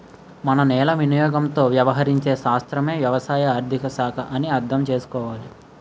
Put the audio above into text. మన నేల వినియోగంతో వ్యవహరించే శాస్త్రమే వ్యవసాయ ఆర్థిక శాఖ అని అర్థం చేసుకోవాలి